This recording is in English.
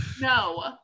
No